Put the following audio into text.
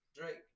Drake